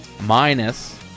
Minus